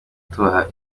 tubaha